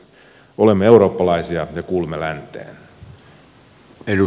olemme eurooppalaisia ja kuulumme länteen